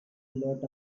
lot